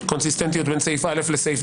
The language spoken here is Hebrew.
לי - בסוף אנו מנסים לאזן.